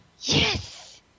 Yes